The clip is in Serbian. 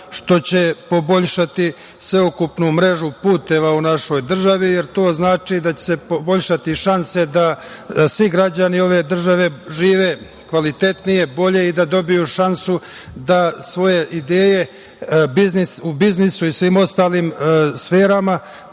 što će poboljšati sveukupnu mrežu puteva u našoj državi, jer to znači da ćete poboljšati šanse da svi građani ove države žive kvalitetnije, bolje i da dobiju šansu da svoje ideje u biznisu i svim ostalim sferama